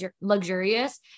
luxurious